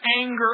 anger